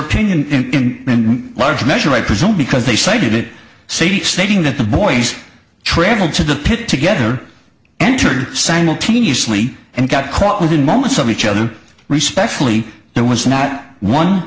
opinion in large measure i presume because they cited it safe stating that the boys travel to the pit together entered simultaneously and got caught within moments of each other respect really there was not one